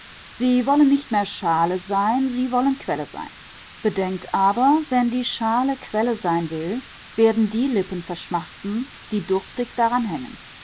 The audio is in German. sie wollen nicht mehr schale sein sie wollen quelle sein bedenkt aber wenn die schale quelle sein will werden die lippen verschmachten die durstig daran hängen